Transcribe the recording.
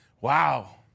wow